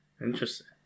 Interesting